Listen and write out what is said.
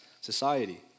society